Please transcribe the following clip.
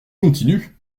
continue